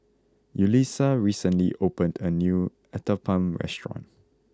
Yulisa recently opened a new Uthapam restaurant